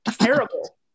terrible